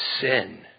sin